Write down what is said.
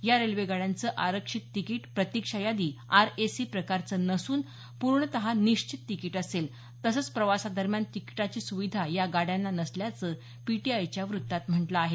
या रेल्वे गाड्यांचं आरक्षित तिकीट प्रतिक्षा यादी आरएसी प्रकारचं नसून पूर्णत निश्चित तिकीट असेल तसंच प्रवासादरम्यान तिकिटाची सुविधा या रेल्वे गाड्यांना नसल्याचं पीटीआयच्या बातमीत म्हटलं आहे